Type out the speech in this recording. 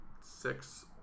six